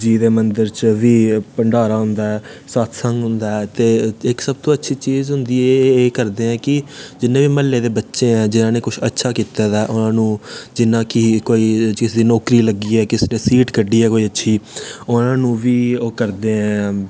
जी दे मन्दर च बी भण्डारा होंदा ऐ सतसंग होंदा ऐ ते इक सबतू अच्छी चीज़ होंदी ऐ एह् करदे ऐ कि जिन्ने बी म्ह्ल्ले दे बच्चे ऐ जिनां ने कुश अच्छा कीता दा ऐ उनां नूं जियां कि कोई जिस दी नौकरी लगी ऐ किसे नैं सीट क'ड्डी ऐ कोई अच्छी उनां नूं बी ओ करदे ऐं